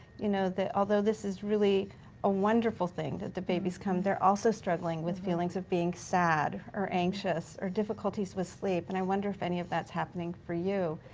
you know although this is really a wonderful thing, that the baby's come, they're also struggling with feelings of being sad or anxious or difficulties with sleep. and i wonder if any of that's happening for you?